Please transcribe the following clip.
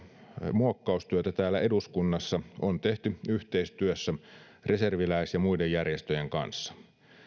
muokkaustyötä täällä eduskunnassa on tehty yhteistyössä reserviläis ja muiden järjestöjen kanssa